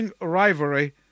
rivalry